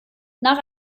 nach